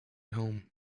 home